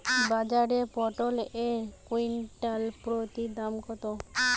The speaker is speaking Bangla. বাজারে পটল এর কুইন্টাল প্রতি দাম কত?